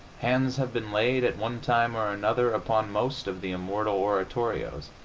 hands have been laid, at one time or another, upon most of the immortal oratorios,